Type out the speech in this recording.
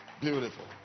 Beautiful